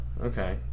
Okay